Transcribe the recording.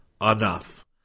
Enough